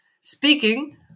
speaking